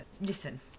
listen